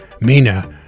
Mina